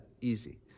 easy